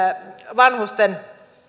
vanhusten